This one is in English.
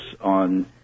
on